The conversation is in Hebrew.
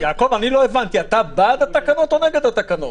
יעקב, לא הבנתי, אתה בעד התקנות או נגד התקנות?